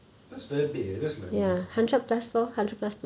that's very big leh that's like my cohort